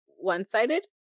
one-sided